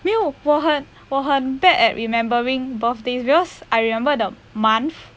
没有我很我很 bad at remembering birthday because I remember the month